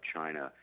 China